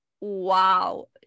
wow